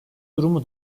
durumu